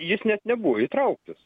jis net nebuvo įtrauktas